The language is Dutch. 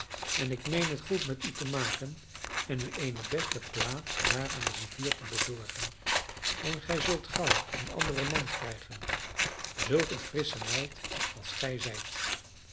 en ik meen het goed met u te maken en u eene beste plaats daar aan de rivier te bezorgen en gij zult gauw een anderen man krijgen zulk een frissche meid als gij zijt